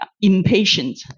impatient